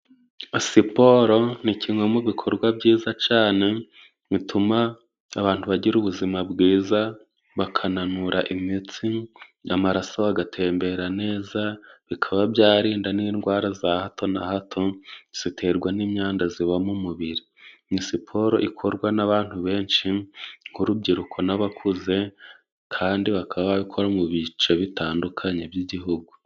Asiporo ni kimwe mu bikorwa byiza cane bituma abantu bagira ubuzima bwiza, bakananura imitsi amaraso agatembera neza. Bikaba byarinda n'indwara za hato na hato ziterwa n'imyanda ziba mu mubiri. Ni siporo ikorwa n'abantu benshi nk'urubyiruko n'abakuze, kandi bakaba babikora mu bice bitandukanye by'igihugu.